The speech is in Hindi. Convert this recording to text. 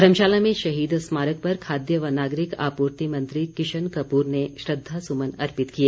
धर्मशाला में शहीद स्मारक पर खाद्य व नागरिक आपूर्ति मंत्री किशन कपूर ने श्रद्वासुमन अर्पित किए